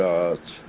God's